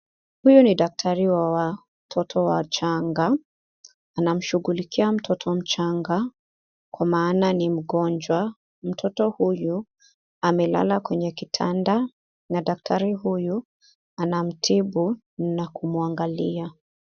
Huyu ni daktari wa watoto wachanga . Anamshughulikia mtoto mchanga kwa maana ni mgonjwa . Mtoto huyu amelala kwenye kitanda na daktari huyu anamtibu na kumwangalia.